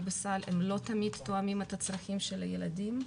בסל הם לא תמיד תואמים את הצרכים של הילדים,